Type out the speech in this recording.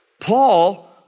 paul